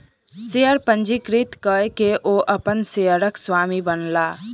share पंजीकृत कय के ओ अपन शेयरक स्वामी बनला